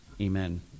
amen